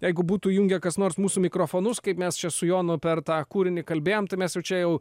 jeigu būtų įjungę kas nors mūsų mikrofonus kaip mes čia su jonu per tą kūrinį kalbėjom tai mes jau čia jau